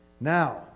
Now